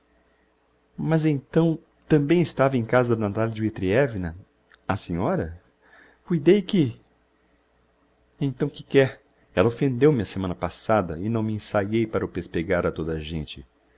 mas então tambem estava em casa da natalia dmitrievna a senhora cuidei que então que quer ella offendeu me a semana passada e não me ensaiei para o pespegar a toda a gente